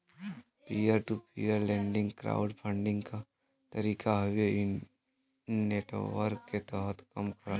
peer to peer lending crowd funding क तरीका हउवे इ नेटवर्क के तहत कम करला